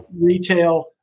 retail